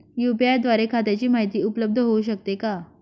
UPI द्वारे खात्याची माहिती उपलब्ध होऊ शकते का?